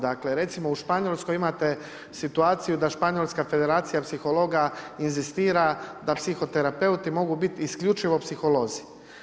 Dakle, recimo u Španjolskoj imate situaciju da španjolska federacija psihologa inzistira da psihoterapeuti mogu biti isključivo psiholozi.